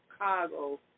chicago